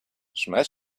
schmeiß